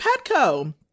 Petco